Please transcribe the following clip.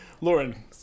Lauren